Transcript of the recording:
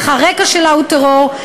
אך הרקע שלה הוא טרור,